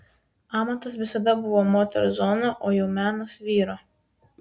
amatas visada buvo moters zona o jau menas vyro